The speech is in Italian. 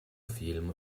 film